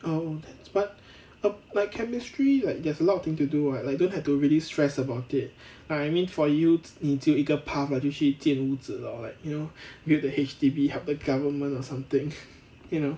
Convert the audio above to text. oh that's but but chemistry like there's a lot of thing to do what like don't have to really stress about it like I mean for you 你只有一个 path what 就去建屋子 lor like you know build the H_D_B help the government or something you know